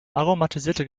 aromatisierte